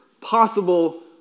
possible